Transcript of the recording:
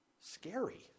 scary